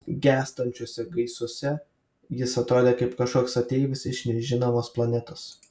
gęstančiuose gaisuose jis atrodė kaip kažkoks ateivis iš nežinomos planetos